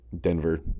Denver